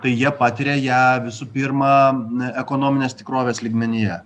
tai jie patiria ją visų pirma ekonominės tikrovės lygmenyje